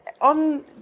On